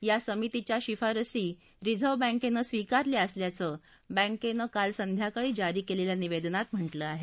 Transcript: या समितीच्या शिफारशी रिझर्व्ह बँकेनं स्विकारल्या असल्याचं बँकेनं काल संध्याकाळी जारी केलेल्या निवेदनात म्हटलं आहे